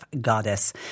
Goddess